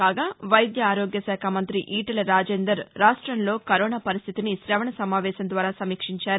కాగా వైద్య ఆరోగ్య శాఖ మంత్రి ఈటెల రాజేందర్ రాష్ట్రంలో కరోనా పరిస్లితిని శవణ సమావేశం ద్వారా సమీక్షించారు